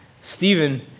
Stephen